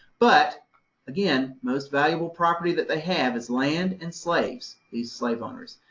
but again, most valuable property that they have is land and slaves, these slave owners.